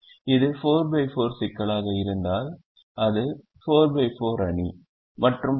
இது 4 x 4 சிக்கலாக இருந்தால் அது 4 x 4 அணி மற்றும் பல